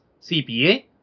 CPA